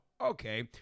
okay